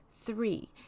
Three